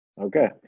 Okay